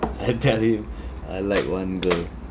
I tell him I like one girl